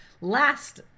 last